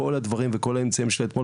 כל הדברים וכל האמצעים של אתמול,